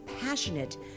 passionate